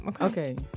Okay